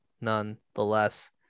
nonetheless